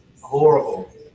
horrible